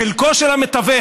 חלקו של המתווך,